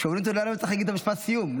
כשאומרים תודה רבה צריך להגיד את משפט הסיום,